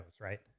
right